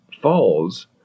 falls